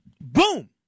Boom